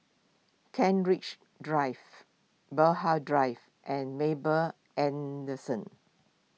Kent Ridge Drive Drive and